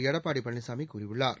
எடப்பாடி பழனிசாமி கூறியுள்ளார்